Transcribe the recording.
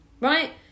right